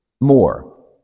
More